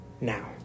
now